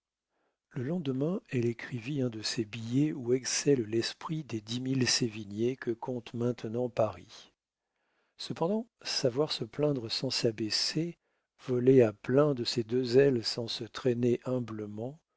le lendemain elle écrivit un de ces billets où excelle l'esprit des dix mille sévignés que compte maintenant paris cependant savoir se plaindre sans s'abaisser voler à plein de ses deux ailes sans se traîner humblement